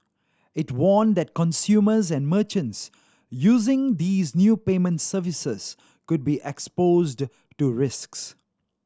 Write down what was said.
it warned that consumers and merchants using these new payment services could be exposed to risks